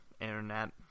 internet